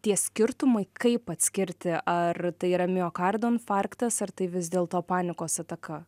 tie skirtumai kaip atskirti ar tai yra miokardo infarktas ar tai vis dėlto panikos ataka